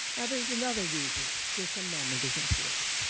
yeah there is another reason this amendment is important.